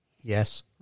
yes